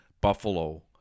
Buffalo